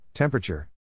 Temperature